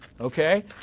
okay